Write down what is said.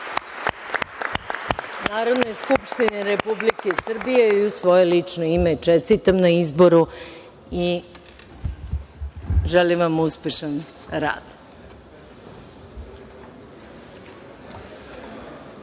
Narodne skupštine Republike Srbije i u svoje lično ime, čestitam na izboru i želim vam uspešan rad. Sada